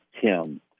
Tim